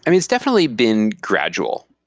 it's definitely been gradual.